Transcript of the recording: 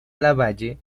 lavalle